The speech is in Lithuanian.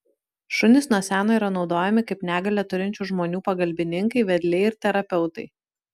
šunys nuo seno yra naudojami kaip negalią turinčių žmonių pagalbininkai vedliai ir terapeutai